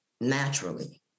naturally